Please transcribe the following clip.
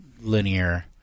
linear